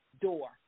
door